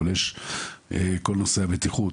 אבל יש את כל נושא הבטיחות,